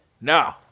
No